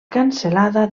cancel·lada